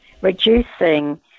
reducing